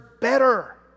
better